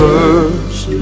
First